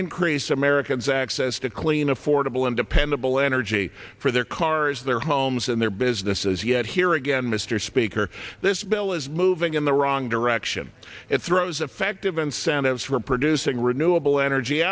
increase americans access to clean affordable and dependable energy for their cars their homes and their businesses yet here again mr speaker this bill is moving in the wrong direction it throws effective incentives for producing renewable energy